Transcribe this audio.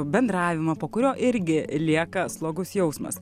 bendravimą po kurio irgi lieka slogus jausmas